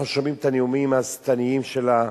אנחנו שומעים את הנאומים השטניים שלה,